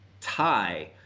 tie